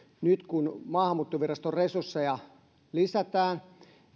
nyt kun maahanmuuttoviraston resursseja lisätään